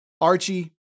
archie